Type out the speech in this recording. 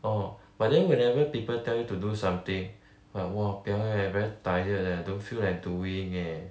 orh but then whenever people tell you to do something like !wahpiang! eh very tired eh don't feel like doing eh